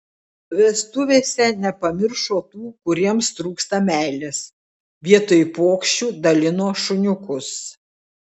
vestuvėse nepamiršo tų kuriems trūksta meilės vietoj puokščių dalino šuniukus